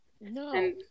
No